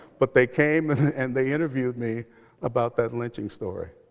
but they came and they interviewed me about that lynching story.